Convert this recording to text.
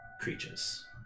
Creatures